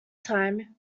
time